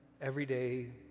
everyday